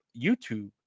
YouTube